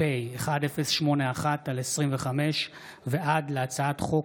פ/1081/25 וכלה בהצעת חוק